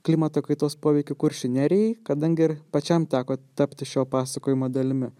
klimato kaitos poveikį kuršių nerijai kadangi ir pačiam teko tapti šio pasakojimo dalimi